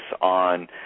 on